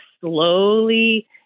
slowly